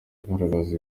agaragaza